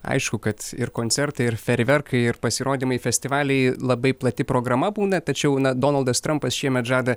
aišku kad ir koncertai ir fejerverkai ir pasirodymai festivaliai labai plati programa būna tačiau na donaldas trampas šiemet žada